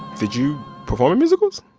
did you perform in musicals?